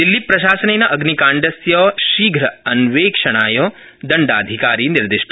दिल्लीप्रशासनेन अग्निकाण्डस्य शीघ्रान्वेषणाय दण्डाधिकारी निर्दिष्ट